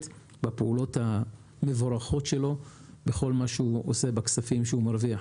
בפעולות המבורכות שלו עם הכספים שהוא מרוויח,